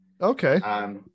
Okay